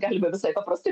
galima visai paprastai